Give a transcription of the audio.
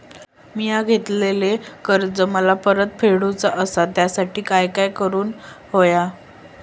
मिया घेतलेले कर्ज मला परत फेडूचा असा त्यासाठी काय काय करून होया?